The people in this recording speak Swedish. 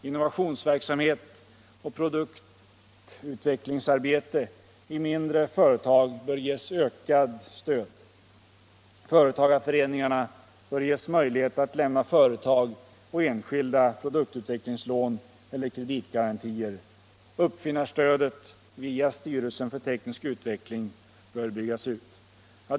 Innovationsverksamhet och produktutvecklingsarbete i mindre företag bör ges ökat stöd. Företagarföreningarna bör ges möjlighet att lämna företag och enskilda produktutvecklingslån eller kreditgarantier. Uppfinnarstödet via styrelsen för teknisk utveckling bör byggas ut.